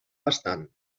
bastant